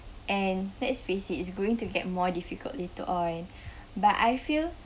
and let's face it it's going to get more difficult later on but I feel